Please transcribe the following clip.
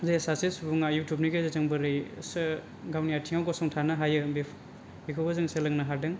जे सासे सुबुंआ इउथुबनि गेजेरजों बोरै सो गावनि आथिंआव गसंथानो हायो बेखौबो जों सोलोंनो हादों